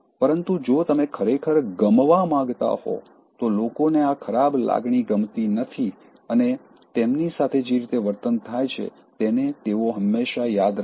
પરંતુ જો તમે ખરેખર ગમવા માંગતા હો તો લોકોને આ ખરાબ લાગણી ગમતી નથી અને તેમની સાથે જે રીતે વર્તન થાય છે તેને તેઓ હંમેશા યાદ રાખશે